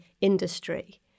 industry